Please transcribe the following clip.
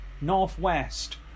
Northwest